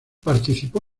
participó